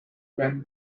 when